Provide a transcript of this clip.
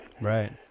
right